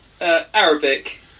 Arabic